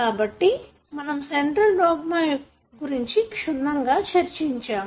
కాబట్టి మనం central dogma గురించి క్షుణ్ణంగా చర్చించాము